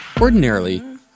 Ordinarily